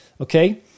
okay